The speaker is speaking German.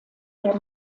der